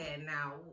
Now